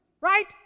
right